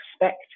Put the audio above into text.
expected